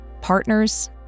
partners